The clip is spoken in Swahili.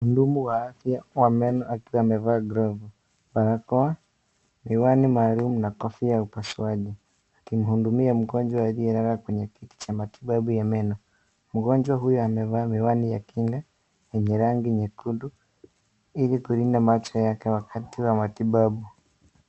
Mhudumu wa afya wa meno akiwa amevaa glovu, barakoa, miwani maalum na kofia ya upasuaji akimhudumia mgonjwa aliyelala kwenye kiti cha matibabu ya meno. Mgonjwa huyo, amevaa miwani ya kinga yenye rangi nyekundu, ili kulinda macho yake wakati wa matibabu.